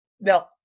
Now